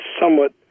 somewhat